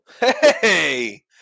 Hey